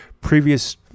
previous